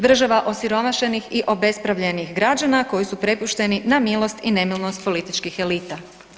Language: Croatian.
Država osiromašenih i obespravljenih građana koji su prepušteni na milost i nemilost političkih elita.